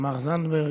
תמר זנדברג.